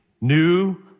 new